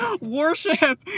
warship